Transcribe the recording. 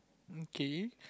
okay